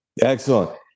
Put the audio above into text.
Excellent